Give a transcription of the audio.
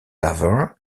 laver